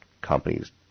companies